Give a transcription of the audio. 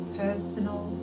personal